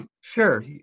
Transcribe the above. Sure